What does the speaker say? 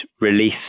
release